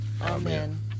Amen